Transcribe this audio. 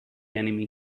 enemy